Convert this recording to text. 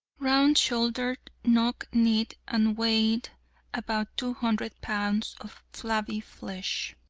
round-shouldered, knock-kneed, and weighed about two hundred pounds of flabby flesh,